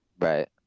right